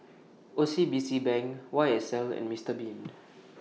O C B C Bank Y S L and Mister Bean